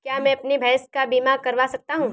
क्या मैं अपनी भैंस का बीमा करवा सकता हूँ?